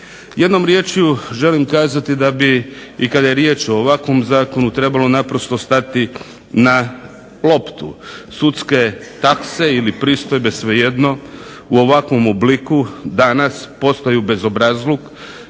Jednom riječju želim kazati da bi i kada je riječ o ovakvom zakonu trebalo naprosto stati na loptu. Sudske takse ili pristojbe svejedno u ovakvom obliku danas postaju bezobrazluk.